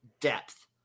depth